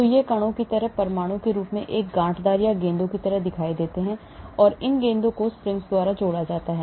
तो यह कणों की तरह परमाणु के रूप में एक साथ गांठदार है यह गेंदों की तरह है फिर इन गेंदों को स्प्रिंग्स द्वारा जोड़ा जाता है